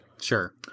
sure